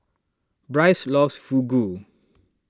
Brice loves Fugu